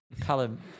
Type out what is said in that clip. Callum